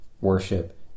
worship